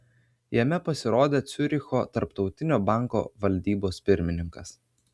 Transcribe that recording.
jame pasirodė ciuricho tarptautinio banko valdybos pirmininkas